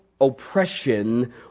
oppression